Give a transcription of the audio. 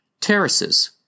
terraces